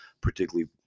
particularly